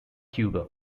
cuba